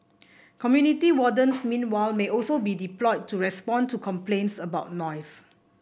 community wardens meanwhile may also be deployed to respond to complaints about noise